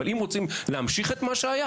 ואם רוצים להמשיך את מה שהיה